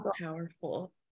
powerful